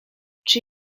czy